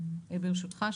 ברשותך,